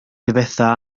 difetha